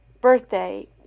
birthday